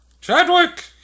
Chadwick